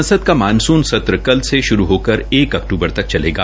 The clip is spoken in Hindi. संसद का मानसून सत्र कल से श्रू होकर एक अक्तूबर तक चलेगा